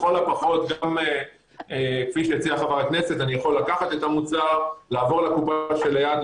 לכל הפחות גם כפי שהציע חה"כ אני יכול לקחת את המוצר לעבור לקופה שליד,